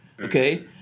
okay